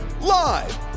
Live